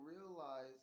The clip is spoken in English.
realize